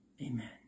Amen